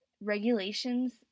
regulations